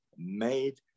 made